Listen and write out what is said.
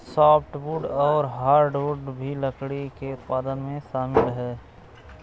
softwood और hardwood भी लकड़ी के उत्पादन में शामिल है